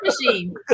machine